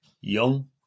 young